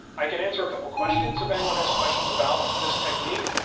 i can answer a couple questions if anyone has questions about this technique,